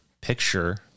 picture